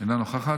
אינה נוכחת.